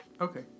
Okay